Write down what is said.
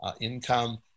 income